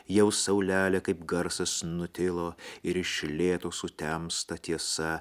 jau saulelė kaip garsas nutilo ir iš lėto sutemsta tiesa